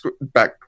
back